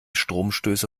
stromstöße